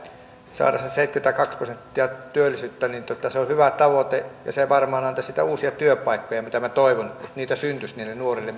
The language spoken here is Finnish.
saada se seitsemänkymmentäkaksi prosenttia työllisyyttä se on hyvä tavoite ja se varmaan antaisi sitten uusia työpaikkoja ja minä toivon että niitä syntyisi niille nuorille